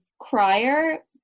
crier